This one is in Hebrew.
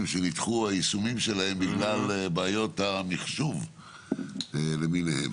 שהיישום שלהם נדחו בגלל בעיות המחשוב למיניהם.